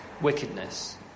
wickedness